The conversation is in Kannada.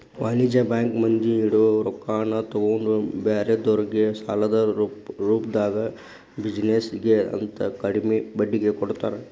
ವಾಣಿಜ್ಯ ಬ್ಯಾಂಕ್ ಮಂದಿ ಇಡೊ ರೊಕ್ಕಾನ ತಗೊಂಡ್ ಬ್ಯಾರೆದೊರ್ಗೆ ಸಾಲದ ರೂಪ್ದಾಗ ಬಿಜಿನೆಸ್ ಗೆ ಅಂತ ಕಡ್ಮಿ ಬಡ್ಡಿಗೆ ಕೊಡ್ತಾರ